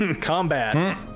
Combat